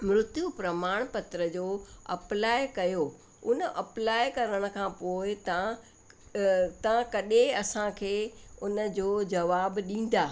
मृत्यू प्रमाणपत्र जो अप्लाए कयो उन अप्लाए करण खां पोइ तव्हां तव्हां कॾहिं असांखे उन जो जवाब ॾींदा